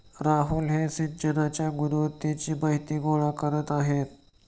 राहुल हे सिंचनाच्या गुणवत्तेची माहिती गोळा करीत आहेत